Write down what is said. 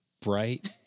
bright